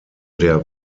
der